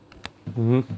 mmhmm